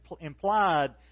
implied